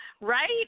Right